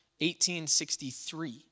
1863